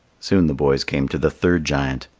soon the boys came to the third giant.